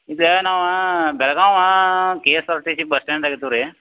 ಇದು ನಾವು Belagavi K S R T C bus ಸ್ಟಾಂಡಾಗೆ ಇದ್ವಿ ರೀ